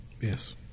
Yes